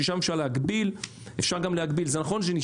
ששם אפשר להגביל.